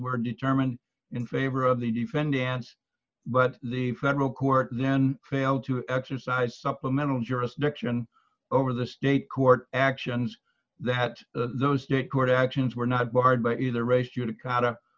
were determined in favor of the defendants but the federal court then failed to exercise supplemental jurisdiction over the state court actions that those state court actions were not barred by either ra